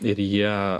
ir jie